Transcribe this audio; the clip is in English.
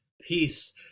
peace